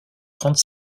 trente